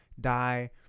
die